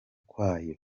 kwayo